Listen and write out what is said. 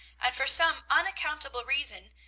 and for some unaccountable reason,